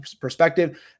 perspective